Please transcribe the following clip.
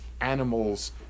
animals